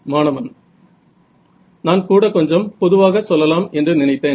மாணவன் நான் கூடக்கொஞ்சம் பொதுவாக சொல்லலாம் என்று நினைத்தேன்